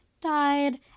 died